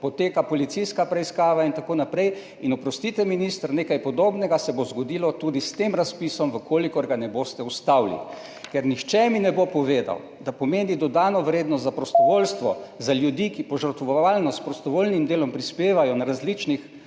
poteka policijska preiskava in tako naprej. Oprostite, minister, nekaj podobnega se bo zgodilo tudi s tem razpisom, če ga ne boste ustavili. Nihče mi ne bo rekel, da ta razpis pomeni dodano vrednost za prostovoljstvo, za ljudi, ki požrtvovalno s prostovoljnim delom prispevajo na različnih